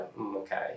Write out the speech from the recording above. okay